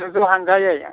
ज ज हान्जायै